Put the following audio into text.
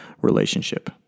relationship